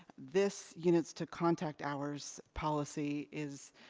this units to contact hours policy is,